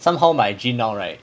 somehow my gean now right